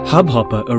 Hubhopper